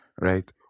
right